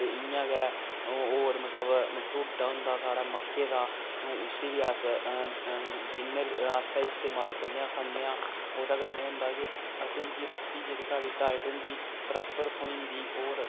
ते इ'यां गै होर मतलब ढ़ोड्डा होंदा साढ़े मक्कें दा उस्सी बी अस डिनर आस्तै इस्तेमाल करने आं खन्ने आं ओह्दे कन्नै एह् होंदा कि असें गी रातीं जेह्ड़ी साढ़ी डाईट होंदी प्रापर थ्होई जंदी और